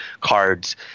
cards